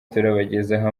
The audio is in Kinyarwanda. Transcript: turabagezaho